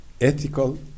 ethical